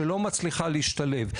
שלא מצליחה להשתלב.